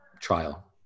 Trial